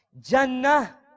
Jannah